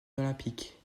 olympiques